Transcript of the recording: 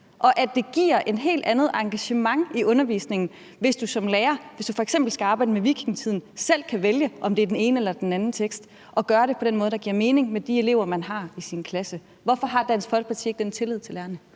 og at det giver et helt andet engagement i undervisningen, hvis du som lærer f.eks. skal arbejde med vikingetiden og selv kan vælge, om det er den ene eller den anden tekst, og kan gøre det på den måde, der giver mening for de elever, man har i sin klasse. Hvorfor har Dansk Folkeparti ikke den tillid til lærerne?